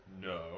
No